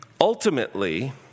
Ultimately